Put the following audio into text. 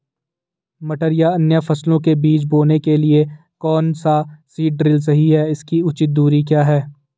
मटर या अन्य फसलों के बीज बोने के लिए कौन सा सीड ड्रील सही है इसकी उचित दूरी क्या है?